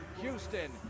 Houston